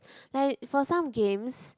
like for some games